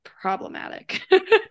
problematic